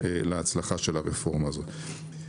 להצלחה של הרפורמה הזאת.